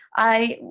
i,